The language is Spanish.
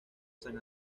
san